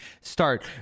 start